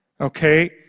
Okay